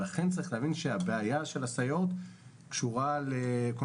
לכן צריך להבין שהבעיה של הסייעות קשורה גם לכל